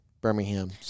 Birmingham